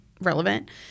relevant